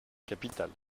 capitale